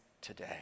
today